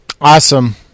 Awesome